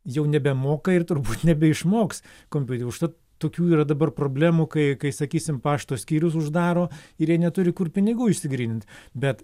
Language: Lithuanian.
jau nebemoka ir turbūt nebeišmoks kompiuteriu užtat tokių yra dabar problemų kai kai sakysim pašto skyrius uždaro ir jie neturi kur pinigų išsigrynint bet